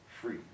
free